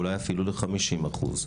ואולי אפילו לחמישים אחוז.